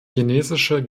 chinesische